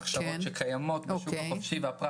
השיפוי של הביטוח